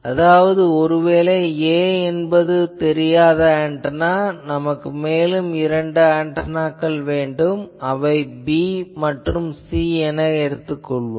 அதாவது ஒருவேளை 'a' என்பது தெரியாத ஆன்டெனா நமக்கு மேலும் இரண்டு ஆன்டெனாக்கள் வேண்டும் அவற்றை 'b' மற்றும் 'c' எனக் கொள்வோம்